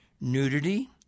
nudity